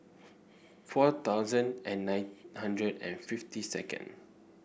four thousand and nine hundred and fifty second